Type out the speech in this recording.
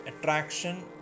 attraction